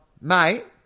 mate